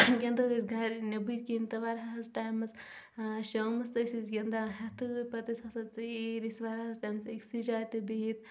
گِنٛدان ٲسۍ گرِ نٮ۪بٕرۍ کِنۍ تہِ واریاہس ٹایمس اۭں شامس تہِ ٲسۍ أسۍ گِنٛدان ہیٚتھٕے پتہٕ ٲسۍ وسان ژیٖر ٲسۍ واریاہس ٹایمس أکسٕے جایہِ تہِ بِہتھ